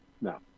No